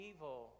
Evil